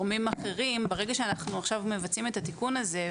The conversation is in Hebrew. ברגע שאנו מבצעים את התיקון הזה,